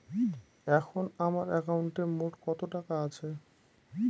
এখন আমার একাউন্টে মোট কত টাকা আছে?